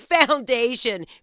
foundation